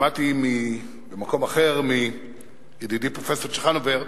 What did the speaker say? שמעתי במקום אחר מידידי פרופסור צ'חנובר,